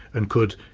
and could,